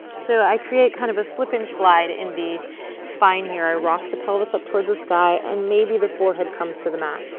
so i create kind of a slip-n-slide in the spine here. i rock the pelvis up towards the sky and maybe the forehead comes to the mat.